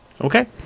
okay